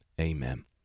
Amen